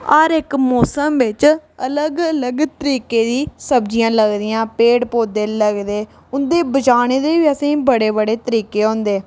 हर इक मौसम बिच अलग अलग तरीके दी सब्ज़ियां लगदियां पेड़ पौधे लगदे उं'दे बचाने दे बी असें गी बड़े बड़े तरीके होंदे